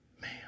man